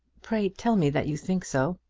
pray tell me that you think so!